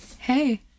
Hey